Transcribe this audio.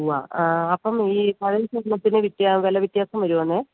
ഉവ്വ അപ്പം ഈ പഴയ സ്വർണ്ണത്തിന് വിറ്റ വില വ്യത്യാസം വരുമോന്ന്